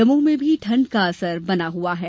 दमोह में भी ठंड का असर बना हुआ है